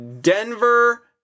Denver